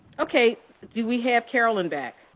okay, do we have carolyn back?